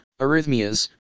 arrhythmias